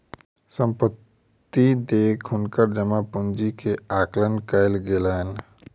संपत्ति देख हुनकर जमा पूंजी के आकलन कयल गेलैन